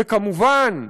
וכמובן,